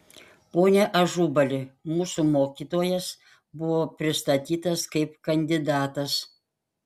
pone ažubali mūsų mokytojas buvo pristatytas kaip kandidatas